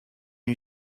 you